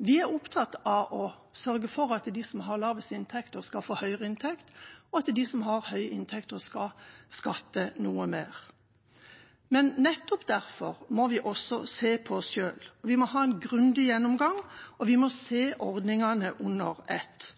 Vi er opptatt av å sørge for at de som har lavest inntekter, skal få høyere inntekt, og at de som har høye inntekter, skal skatte noe mer. Nettopp derfor må vi også se på oss selv. Vi må ha en grundig gjennomgang, og vi må se på ordningene under ett.